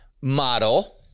model